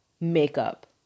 makeup